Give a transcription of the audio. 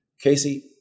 Casey